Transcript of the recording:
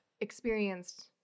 experienced